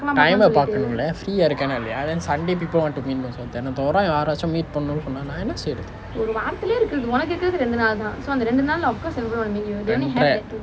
time eh பார்க்கணும்:paarkanum leh free ah இருக்கேனா இல்லையா:irukenaa illaiyaa then sunday people want to meet me also தினந்தோறும் யாராச்சும்:thinanthorum yaarachum meet பண்ணனும் சொன்னா நான் என்ன செய்றது இரண்டிர:pannanum sonnaa naan enna seirathu irandira